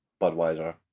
Budweiser